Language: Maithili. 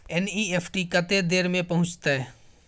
एन.ई.एफ.टी कत्ते देर में पहुंचतै?